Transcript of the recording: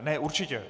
Ne, určitě.